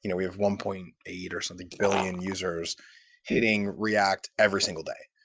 you know we have one point eight, or something, billion users hitting react every single day,